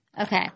Okay